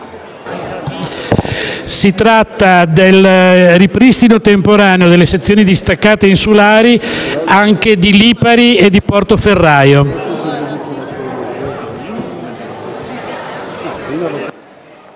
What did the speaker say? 2.6 trattano del ripristino temporaneo delle sezioni distaccate insulari anche di Lipari e di Portoferraio.